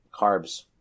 Carbs